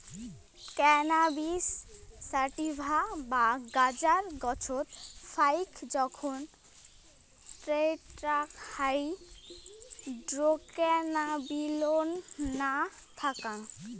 cannabis sativa বা গাঁজার গছত ফাইক জোখন টেট্রাহাইড্রোক্যানাবিনোল না থাকং